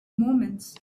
moments